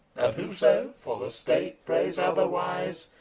whoso for the state prays otherwise,